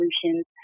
solutions